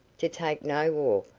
to take no walk,